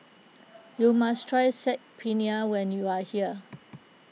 you must try Saag Paneer when you are here